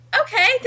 okay